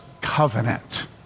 covenant